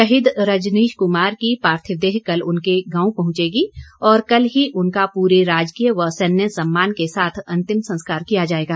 शहीद रजनीश कुमार की पार्थिव देह कल उनके गांव पइंचेगी और कल ही उनका पूरे राजकीय व सैनिक सम्मान के साथ अंतिम संस्कार किया जाएगा